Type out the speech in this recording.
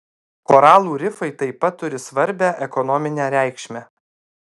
koralų rifai taip pat turi svarbią ekonominę reikšmę